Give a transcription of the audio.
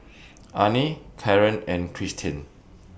Arnie Caren and Tristian